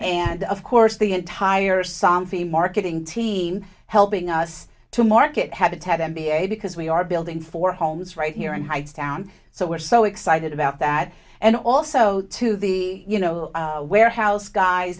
and of course the entire sam freemarket ing team helping us to market habitat n b a because we are building four homes right here in hightstown so we're so excited about that and also to the you know warehouse guys